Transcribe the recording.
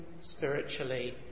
spiritually